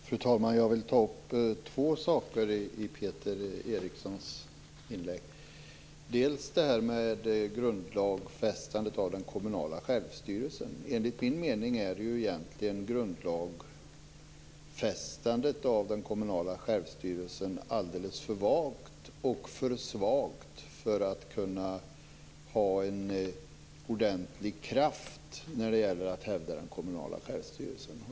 Fru talman! Jag vill ta upp två saker i Peter Erikssons inlägg. Först gäller det grundlagsfästandet av den kommunala självstyrelsen. Enligt min mening är detta egentligen alldeles för vagt och för svagt för att kunna ha ordentlig kraft när det gäller att hävda den kommunala självstyrelsen.